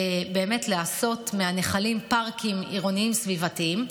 לעשות מהנחלים פארקים עירוניים סביבתיים.